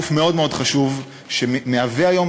גוף מאוד מאוד חשוב שמהווה היום,